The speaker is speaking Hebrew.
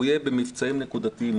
הוא יהיה במבצעים נקודתיים.